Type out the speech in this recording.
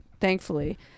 thankfully